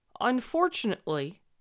Unfortunately